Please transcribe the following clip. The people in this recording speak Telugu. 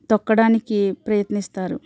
తొక్కడానికి ప్రయత్నిస్తారు